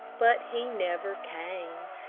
but he never came,